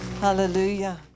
Hallelujah